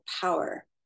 power